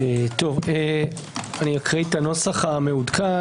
אקריא את הנוסח המעודכן.